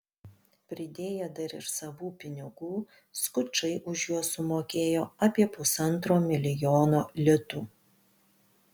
pridėję dar ir savų pinigų skučai už juos sumokėjo apie pusantro milijono litų